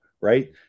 right